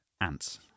Ants